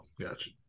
gotcha